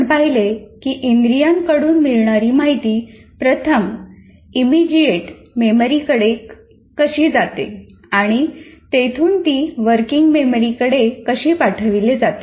आपण पाहिले की इंद्रियां कडून मिळणारी माहिती प्रथम इमिजिएट मेमरीकडे कशी जाते आणि तेथून की वर्किंग मेमरी कडे कशी पाठविली जाते